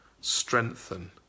strengthen